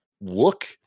look